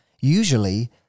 usually